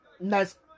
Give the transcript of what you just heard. nice